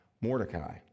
Mordecai